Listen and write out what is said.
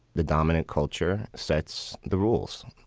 the dominant culture sets the rules,